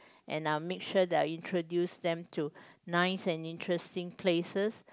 and uh make sure that I introduce them to nice and interesting places